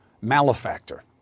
malefactor